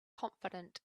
confident